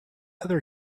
other